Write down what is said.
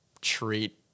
treat